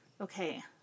okay